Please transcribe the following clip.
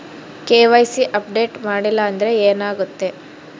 KYC update ಮಾಡಿಲ್ಲ ಅಂದ್ರೆ ಏನಾಗುತ್ತೆ?